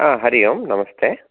हरि ओम् नमस्ते